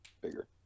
bigger